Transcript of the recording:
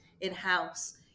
in-house